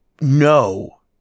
no